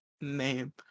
name